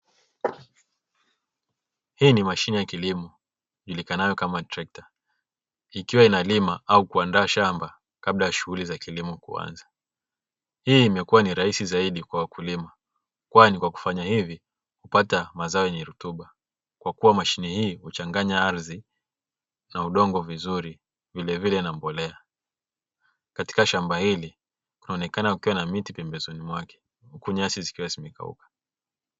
Hii ni mashine ya kilimo ijulikanayo kama trekta ikiwa inalima au kuandaa shamba kabla ya shughuli za kilimo kuanza, hii imekuwa ni rahisi zaidi kwa wakulima kwani kwa kufanya hivi hupata mazao yenye rutuba kwa kuwa mashine hii huchanganya ardhi na udongo vizuri vilevile na mbolea. Katika shamba hili inaonekana ukiwa na miti pembezoni mwake huku nyasi zikiwa zimekauka.